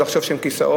ולחשוב שהם כיסאות,